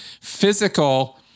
physical